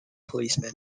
policemen